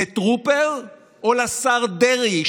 לטרופר או לשר דרעי,